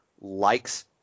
likes